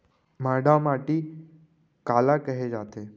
भांटा माटी काला कहे जाथे?